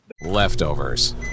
leftovers